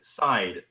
side